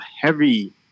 heavy